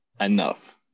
enough